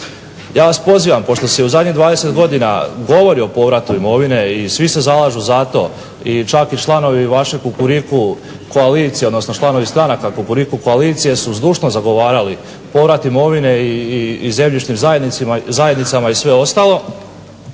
Ja vas pozivam pošto se u zadnjih 20 godina govori o povratu imovine i svi se zalažu za to i čak i članovi vaše kukuriku koalicije, odnosno članovi stranaka kukuriku koalicije su zdušno zagovarali povrat imovine i zemljišnim zajednicama i sve ostalo